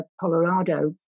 Colorado